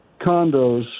condos